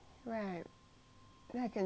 then I can just go inside water